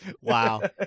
Wow